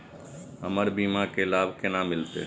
हमर बीमा के लाभ केना मिलते?